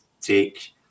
take